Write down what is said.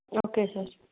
okay sir